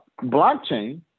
blockchain